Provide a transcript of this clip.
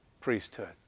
priesthood